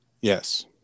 yes